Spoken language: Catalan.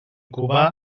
cubà